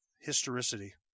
Historicity